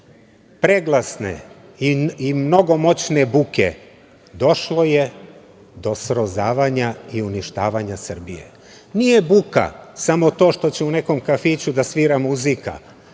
preglasne i mnogo moćne buke došlo je do srozavanja i uništavanja Srbije. Nije buka samo to što će u nekom kafiću da svira muzika,